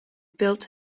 built